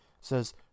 says